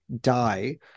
die